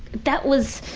that was.